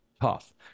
tough